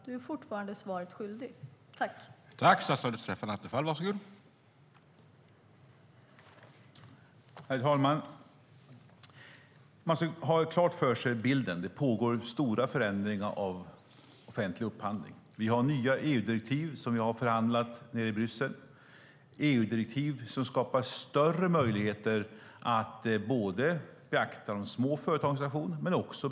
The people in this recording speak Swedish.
Du är fortfarande svaret skyldig, minister Attefall.